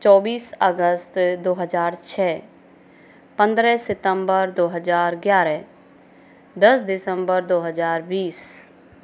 चौबीस अगस्त दो हजार छः पंद्रह सितेम्बर दो हजार ग्यारह दस दिसम्बर दो हजार बीस